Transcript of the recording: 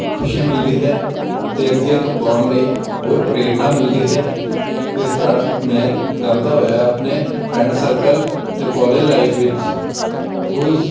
ਖੁਸ਼ੀ ਮਿਲਦੀ ਹੈ ਅਤੇ ਅੱਗੇ ਤੋਂ ਗਾਉਣ ਲਈ ਹੋਰ ਪ੍ਰੇਰਨਾ ਮਿਲਦੀ ਹੈ ਇਸ ਤਰ੍ਹਾਂ ਮੈਂ ਗਾਉਂਦਾ ਹੋਇਆ ਆਪਣੇ ਫਰੈਂਡ ਸਰਕਲ ਅਤੇ ਕੋਲਜ ਲਾਈਫ ਵਿੱਚ ਕੁਝ